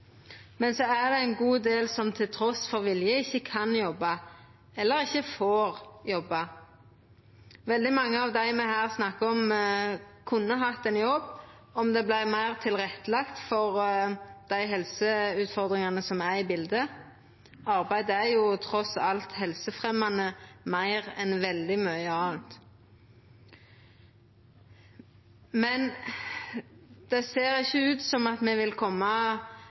Men så er det ein god del som trass i at dei vil, ikkje kan eller ikkje får jobba. Veldig mange av dei me her snakkar om, kunne hatt ein jobb om det vart meir tilrettelagt for dei helseutfordringane som er inne i biletet. Arbeid er trass alt meir helsefremjande enn veldig mykje anna. Men det ser ikkje ut som me vil